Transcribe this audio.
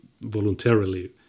voluntarily